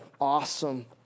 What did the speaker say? awesome